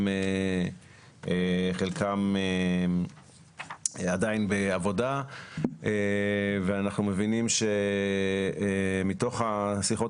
חלקם עדיין בעבודה ואנחנו מבינים מתוך השיחות